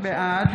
בעד